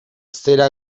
zera